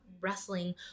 wrestling